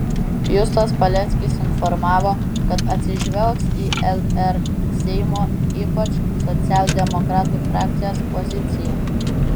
justas paleckis informavo kad atsižvelgs į lr seimo ypač socialdemokratų frakcijos poziciją